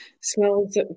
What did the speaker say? smells